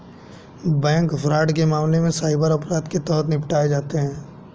bank fraud के मामले cyber अपराध के तहत निपटाए जाते हैं